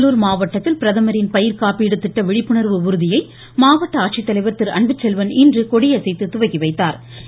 கடலூர் மாவட்டத்தில் பிரதமரின் பயிர்க்காப்பிடு திட்ட விழிப்புணர்வு ஊர்தியை மாவட்ட ஆட்சித்தலைவா் திரு அன்புசெல்வன் இன்று கொடியசைத்து துவக்கி வைத்தாா்